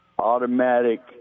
automatic